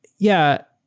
yeah.